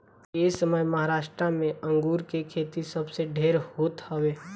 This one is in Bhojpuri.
एसमय महाराष्ट्र में अंगूर के खेती सबसे ढेर होत हवे